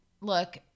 look